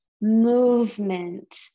Movement